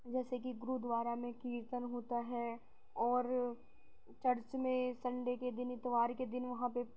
جیسے کہ گردوارہ میں کیرتن ہوتا ہے اور چرچ میں سنڈے کے دن اتوار کے دن وہاں پہ